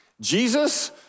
Jesus